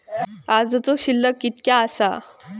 आजचो शिल्लक कीतक्या आसा?